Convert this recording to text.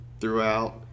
throughout